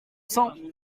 cent